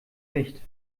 nicht